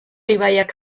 ibaiak